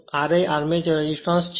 ra armature resistor છે